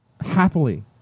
Happily